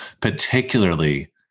particularly